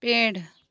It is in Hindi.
पेड़